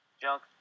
junk